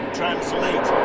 translate